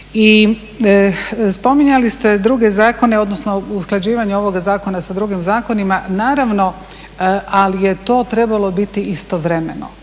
I spominjali ste druge zakone odnosno usklađivanje ovoga zakona s drugim zakonima, naravno ali je to trebalo biti istovremeno.